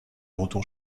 retour